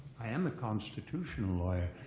i am a constitutional lawyer.